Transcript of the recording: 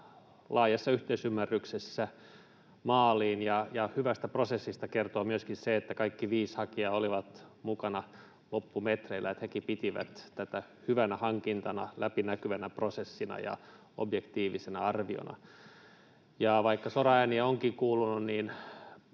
laajassa yhteisymmärryksessä maaliin, ja hyvästä prosessista kertoo myöskin se, että kaikki viisi hakijaa olivat mukana loppumetreillä, eli hekin pitivät tätä hyvänä hankintana, läpinäkyvänä prosessina ja objektiivisena arviona. Vaikka soraääniä onkin kuulunut